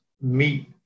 meet